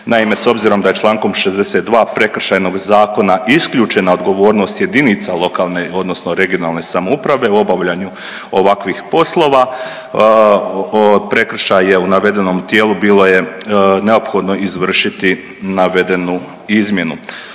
Naime, s obzirom da je čl. 62 Prekršajnog zakona isključena odgovornost jedinica lokalne odnosno regionalne samouprave u obavljanju ovakvih poslova, prekršaj je u navedenom tijelu bilo je neophodno izvršiti navedenu izmjenu.